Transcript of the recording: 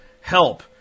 Help